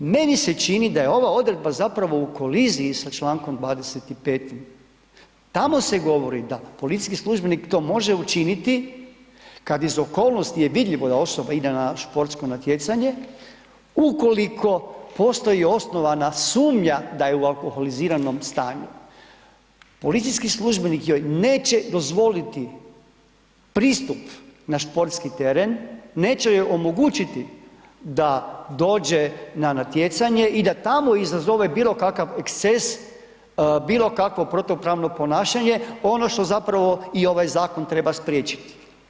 Meni se čini da je ova odredba zapravo u koliziji sa čl. 25., tamo se govori da policijski službenik to može učiniti kad iz okolnosti je vidljivo da osoba ide na športsko natjecanje ukoliko postoji osnovana sumnja da je u alkoholiziranom stanju, policijski službenik joj neće dozvoliti pristup na športski teren, neće joj omogućiti da dođe na natjecanje i da tamo izazove bilo kakav eksces, bilo kakvo protupravno ponašanje, ono što zapravo i ovaj zakon treba spriječiti.